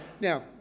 Now